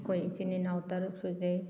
ꯑꯩꯈꯣꯏ ꯏꯆꯤꯜ ꯏꯅꯥꯎ ꯇꯔꯨꯛ ꯁꯨꯖꯩ